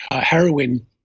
heroin